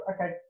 okay